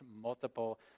multiple